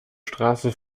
straße